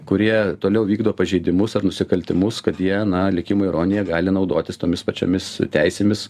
kurie toliau vykdo pažeidimus ar nusikaltimus kad jie na likimo ironija gali naudotis tomis pačiomis teisėmis